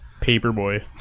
Paperboy